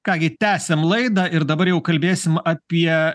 ką gi tęsiam laidą ir dabar jau kalbėsim apie